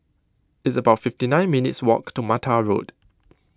it's about fifty nine minutes' walk to Mattar Road